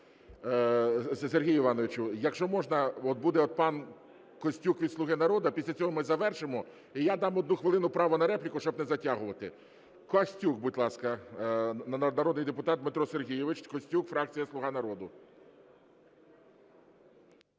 Сергій Іванович, якщо можна, буде пан Костюк від "Слуги народу". Після цього ми завершимо, і я дам одну хвилину права на репліку, щоб не затягувати. Костюк, будь ласка. Народний депутат Дмитро Сергійович Костюк, фракція "Слуга народу".